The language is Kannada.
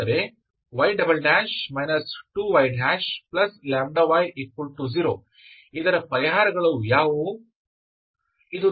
ಅಂದರೆ y 2yλy0 ಇದರ ಪರಿಹಾರಗಳು ಯಾವುವು